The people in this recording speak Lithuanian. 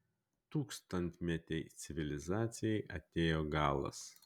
tūkstantmetei civilizacijai atėjo galas